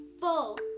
full